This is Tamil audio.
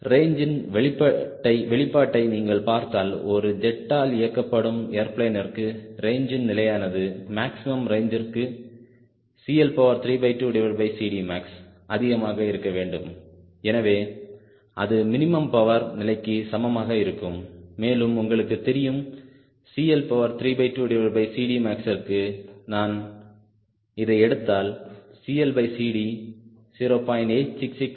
ரேஞ்சின் வெளிப்பாட்டை நீங்கள் பார்த்தால் ஒரு ஜெட்டால் இயக்கப்படும் ஏர்பிளேனிற்கு ரேஞ்சின் நிலையானது மேக்ஸிமம் ரேஞ்சிற்கு maxஅதிகமாக இருக்க வேண்டும் எனவே அது மினிமம் பவர் நிலைக்கு சமமாக இருக்கும் மேலும் உங்களுக்கு தெரியும் maxற்கு நான் இதை எடுத்தால் CLCD 0